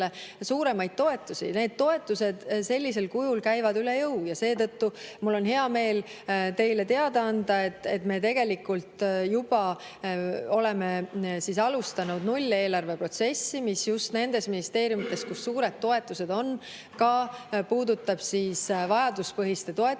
suuremaid toetusi. Need toetused sellisel kujul käivad üle jõu. Seetõttu mul on hea meel teile teada anda, et me juba oleme alustanud nulleelarve protsessi, mis just nendes ministeeriumides, kus on suured toetused, puudutab vajaduspõhiste toetuste